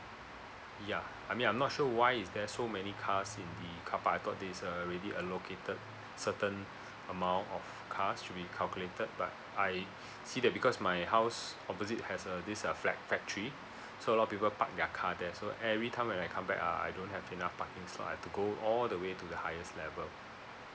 ya I mean I'm not sure why is there so many cars in the carpark I thought this err already allocated certain amount of cars should be calculated but I see that because my house opposite has uh this uh fac~ factory so a lot of people park their car there so every time when I come back ah I don't have enough parking slot I've to go all the way to the highest level